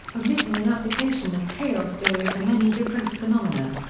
permitting an application of chaos theory to many different phenomena.